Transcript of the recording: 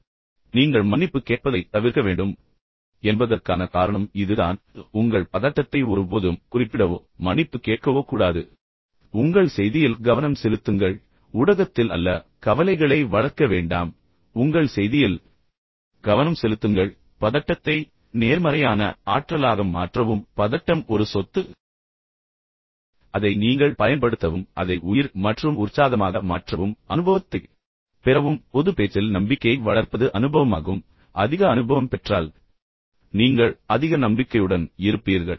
எனவே நீங்கள் மன்னிப்பு கேட்பதைத் தவிர்க்க வேண்டும் என்பதற்கான காரணம் இது தான் உங்கள் பதட்டத்தை ஒருபோதும் குறிப்பிடவோ அல்லது மன்னிப்பு கேட்கவோ கூடாது ஆனால் உங்கள் செய்தியில் கவனம் செலுத்துங்கள் ஊடகத்தில் அல்ல கவலைகளை வளர்க்க வேண்டாம் ஆனால் உங்கள் செய்தியில் கவனம் செலுத்துங்கள் பின்னர் பதட்டத்தை நேர்மறையான ஆற்றலாக மாற்றவும் பதட்டம் உண்மையில் ஒரு சொத்து அதை நீங்கள் பயன்படுத்தவும் அதை உயிர் மற்றும் உற்சாகமாக மாற்றவும் அனுபவத்தைப் பெறவும் பொதுப் பேச்சில் நம்பிக்கையை வளர்ப்பது அனுபவமாகும் அதிக அனுபவம் பெற்றால் நீங்கள் அதிக நம்பிக்கையுடன் இருப்பீர்கள்